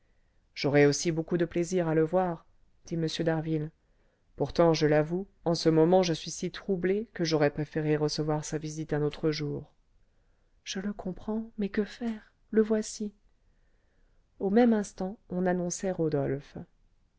j'aurai aussi beaucoup de plaisir à le voir dit m d'harville pourtant je vous l'avoue en ce moment je suis si troublé que j'aurais préféré recevoir sa visite un autre jour je le comprends mais que faire le voici au même instant on annonçait rodolphe